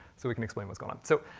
so we can explain what's going on. so,